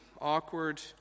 awkward